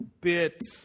bit